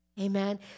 amen